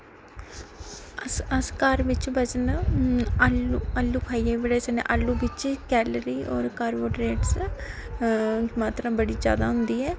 अस अस घर बिच बजन आलू आलू खाइयै बी बढ़ाई सकने आं आलू बिच कैलरी होर कार्बोड्रेट्स मात्रा बडी जादा होंदी ऐ